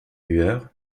lueur